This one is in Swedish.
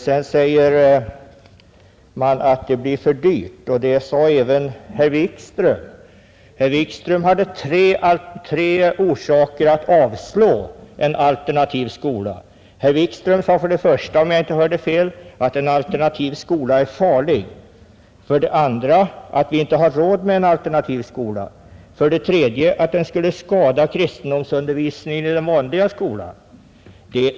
Att det skulle bli för dyrt sade även herr Wikström. Herr Wikström hade tre skäl för att avstyrka förslaget om en alternativ skola. Han sade för det första — om jag inte hörde fel — att en alternativ skola är farlig, för det andra att vi inte har råd med en alternativ skola och för det tredje att den skulle skada kristendomsundervisningen i den vanliga skolan.